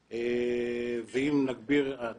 ואם נגביר את